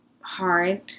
hard